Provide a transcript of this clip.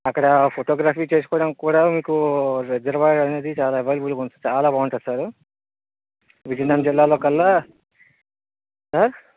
అక్కడ ఫోటోగ్రఫీ చేసుకోవడం కూడా మీకు రిజర్వాయర్ అనేది చాలా అవైలబుల్ గా ఉంటుంది చాలా బాగుంటుంది సార్ విజయనగరం జిల్లాలో కల్లా సార్